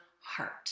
heart